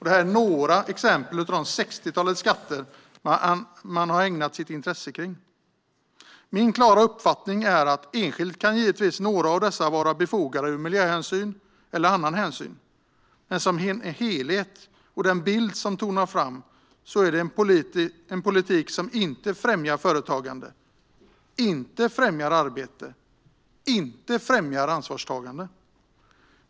Detta är några av det sextiotal skatter man har ägnat sitt intresse åt. Min klara uppfattning är att några av dessa skatter givetvis kan vara befogade ur miljöhänsyn eller annan hänsyn. Men som en helhet och i den bild som tonar fram är det en politik som inte främjar företagande, inte främjar arbete och inte främjar ansvarstagande.